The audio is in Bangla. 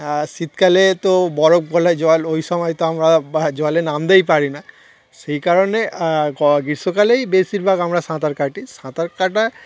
আর শীতকালে তো বরফ গলায় জল ওই সময় তো আমরা জলে নামতেই পারি না সেই কারণে গ্রীষ্মকালেই বেশিরভাগ আমরা সাঁতার কাটি সাঁতার কাটা